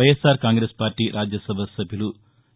YSR Congress party Rajya Sabha సభ్యులు వి